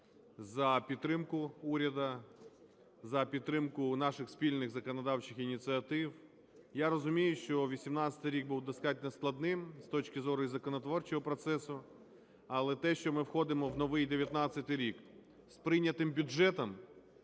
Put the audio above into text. за підтримку уряду, за підтримку наших спільних законодавчих ініціатив. Я розумію, що 18-й рік був достатньо складним з точки зору і законотворчого процесу. Але те, що ми входимо в новий 19-й рік з прийнятим бюджетом